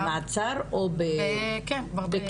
במעצר או בכלא?